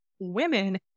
Women